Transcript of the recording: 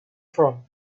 from